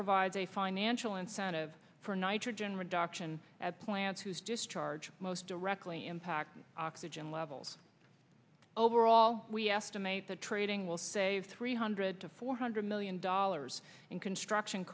provides a financial incentive for nitrogen reduction at plants whose discharge most directly impact oxygen levels overall we estimate that trading will save three hundred to four hundred million dollars in construction